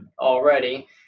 already